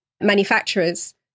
manufacturers